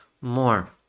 more